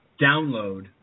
download